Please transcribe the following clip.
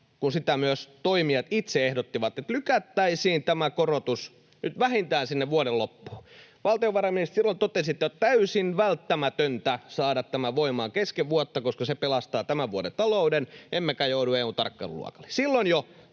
kun sitä myös toimijat itse ehdottivat — että lykättäisiin tämä korotus nyt vähintään sinne vuoden loppuun. Valtiovarainministeri, silloin totesitte, että on täysin välttämätöntä saada tämä voimaan kesken vuotta, koska se pelastaa tämän vuoden talouden, emmekä joudu EU:n tarkkailuluokalle.